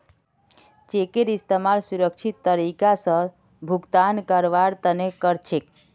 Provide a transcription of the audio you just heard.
चेकेर इस्तमाल सुरक्षित तरीका स भुगतान करवार तने कर छेक